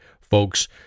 folks